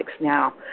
now